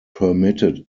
permitted